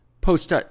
post